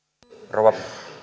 rouva